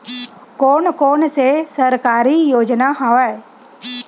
कोन कोन से सरकारी योजना हवय?